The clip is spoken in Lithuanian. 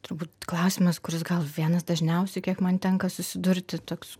turbūt klausimas kuris gal vienas dažniausių kiek man tenka susidurti toks